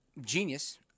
genius